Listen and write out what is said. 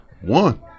One